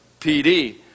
PD